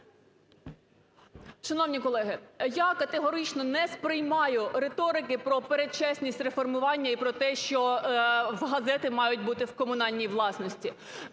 Шановні колеги, я категорично не сприймаю риторики про передчасність реформування і про те, що газети мають бути в комунальній власності,